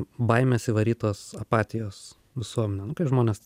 baimės įvarytos apatijos visuomenė nu kai žmonės